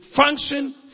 function